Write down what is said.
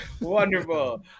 wonderful